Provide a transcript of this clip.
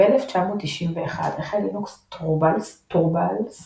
ב־1991 החל לינוס טורבאלדס